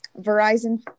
Verizon